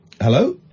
Hello